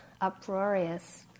uproarious